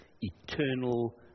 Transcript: eternal